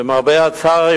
למרבה הצער,